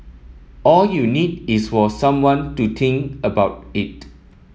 all you need is for someone to think about it